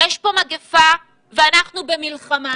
יש פה מגפה, ואנחנו במלחמה.